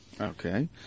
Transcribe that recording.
Okay